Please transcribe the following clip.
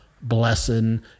blessing